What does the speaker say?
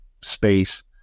space